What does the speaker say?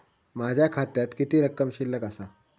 माझ्या खात्यात किती रक्कम शिल्लक आसा?